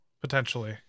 potentially